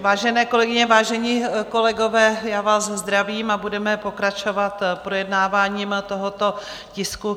Vážené kolegyně, vážení kolegové, já vás zdravím a budeme pokračovat projednáváním tohoto tisku.